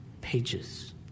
pages